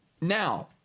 Now